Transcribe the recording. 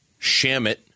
Shamit